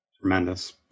Tremendous